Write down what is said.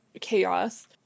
chaos